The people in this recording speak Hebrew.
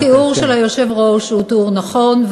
התיאור של היושב-ראש הוא תיאור נכון,